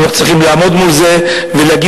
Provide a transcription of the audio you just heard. אנחנו צריכים לעמוד מול זה ולהגיב